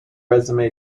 resume